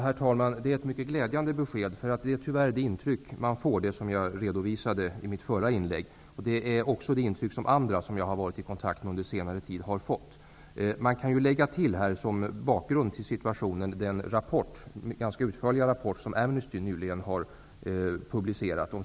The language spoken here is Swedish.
Herr talman! Det är ett mycket glädjande besked, eftersom det intryck man får är det som jag redovisade i mitt förra inlägg -- även andra som jag varit i kontakt med under senare tid har fått det intrycket. Ytterligare bakgrund till situationen ger den ganska utförliga rapport om situationen i Turkiet som Amnesty har publicerat.